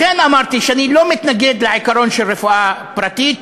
לכן אמרתי שאני לא מתנגד לעיקרון של רפואה פרטית,